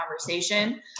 conversation